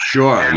Sure